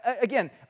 Again